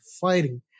fighting